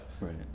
right